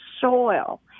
soil